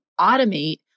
automate